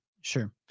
Sure